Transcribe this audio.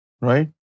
Right